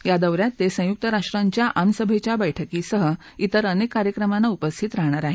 या दौ यात ते संयुक्त राष्ट्रांच्या आमसभेच्या बस्कीसह विर अनेक कार्यक्रमांना उपस्थित राहणार आहेत